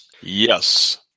Yes